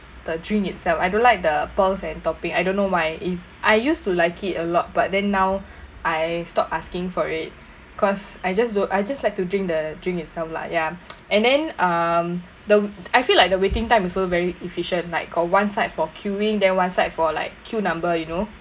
the drink itself I don't like the pearls and toppings I don't know why if I used to like it a lot but then now I stop asking for it cause I just don't I just like to drink the drink itself lah ya and then um the I feel like the waiting time also very efficient like got one side for queuing then one side for like queue number you know